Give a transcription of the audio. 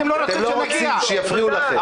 אתם לא רוצים שיפריעו לכם.